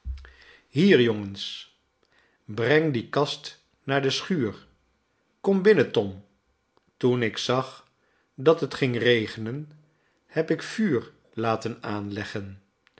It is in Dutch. hier jongens brengt die kast naar de schuur kom binnen tom toen ik zag dat het ging regenen heb ik vuur laten aanleggen